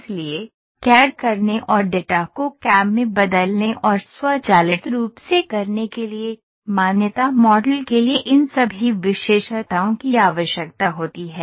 इसलिए कैड़ करने और डेटा को कैम में बदलने और स्वचालित रूप से करने के लिए मान्यता मॉडल के लिए इन सभी विशेषताओं की आवश्यकता होती है